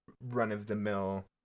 run-of-the-mill